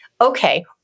okay